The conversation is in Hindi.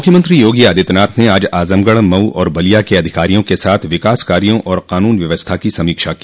मुख्यमंत्री योगी आदित्यनाथ ने आज आजमगढ़ मऊ और बलिया के अधिकारियों के साथ विकास कार्यों और कानून व्यवस्था की समीक्षा की